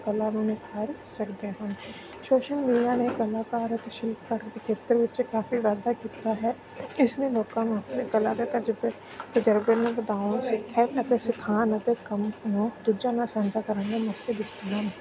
ਕਲਾ ਨੂੰ ਨਿਖਾਰ ਸਕਦੇ ਹਨ ਸੋਸ਼ਲ ਮੀਡਿਆ ਨੇ ਕਲਾਕਾਰ ਅਤੇ ਸ਼ਿਲਪਕਾਰੀ ਦੇ ਖੇਤਰ ਵਿੱਚ ਕਾਫ਼ੀ ਵਾਧਾ ਕੀਤਾ ਹੈ ਇਸ ਨੇ ਲੋਕਾਂ ਨੂੰ ਇਹ ਕਲਾ ਦੇ ਤਜਰਬੇ ਤਜਰਬੇ ਨੂੰ ਵਧਾਉਣ ਸਿੱਖਿਆ ਅਤੇ ਸਿਖਾਉਣ ਅਤੇ ਕੰਮ ਨੂੰ ਦੂਜਿਆ ਨਾਲ ਸਹਾਇਤਾ ਕਰਨ ਦੇ ਮੌਕੇ ਦਿੱਤੇ ਹਨ